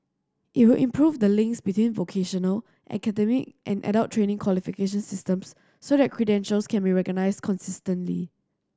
it will improve the links between vocational academic and adult training qualification systems so that credentials can be recognised consistently